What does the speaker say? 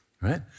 right